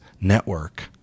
network